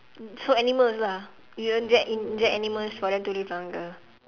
so animals lah you inject inject animals for them to live longer